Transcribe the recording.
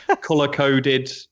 color-coded